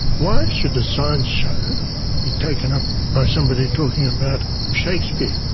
why should a science show be taken up by somebody talking about shakespeare,